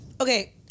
Okay